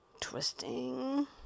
twisting